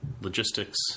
logistics